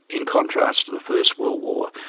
in contrast to the first world war,